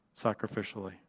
sacrificially